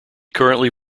currently